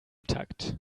takt